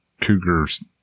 cougars